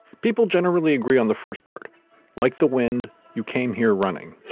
people generally agree on the first part like the wind you came here running.